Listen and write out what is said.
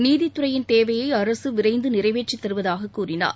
நீதித்துறையின் தேவையை அரசு விரைந்து நிறைவேற்றித் தருவதாக கூறினார்